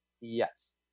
Yes